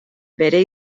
bere